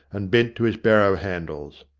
and bent to his barrow-handles.